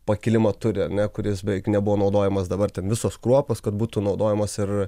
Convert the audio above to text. pakilimo ture ar ne kuris beveik nebuvo naudojamas dabar ten visos kruopos kad būtų naudojamos ir